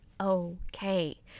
okay